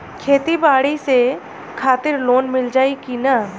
खेती बाडी के खातिर लोन मिल जाई किना?